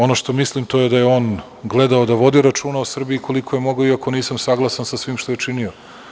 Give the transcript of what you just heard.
Ono što mislim to je da je on gledao da vodi računa o Srbiji koliko je mogao, iako nisam saglasan sa svim što je činio.